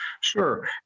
Sure